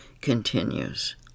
continues